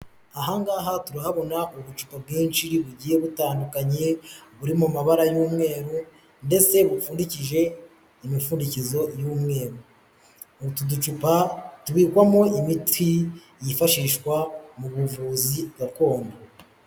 Ahangaha turahabona ubucupa bwinshi bugiye butandukanye buri mu mabara y'umweru ndetse bupfundikije imipfundukizo y'umweru, utu ducupa tubikwamo imiti yifashishwa mu buvuzi gakondo.